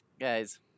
guys